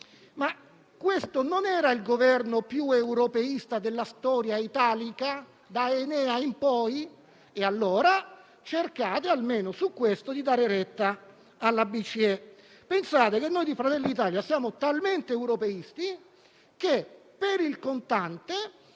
era questo il Governo più europeista della storia italica, da Enea in poi? E allora cercate, almeno su questo, di dare retta alla BCE. Pensate che noi di Fratelli d'Italia siamo talmente europeisti che chiediamo